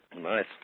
Nice